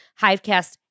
Hivecast